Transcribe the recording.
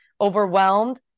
overwhelmed